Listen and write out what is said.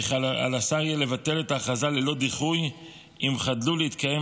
וכי על השר יהיה לבטל את ההכרזה ללא דיחוי אם חדלו להתקיים